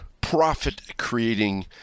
profit-creating